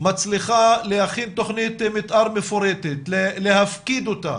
מצליחה להכין תכנית מתאר מפורטת, להפקיד אותה,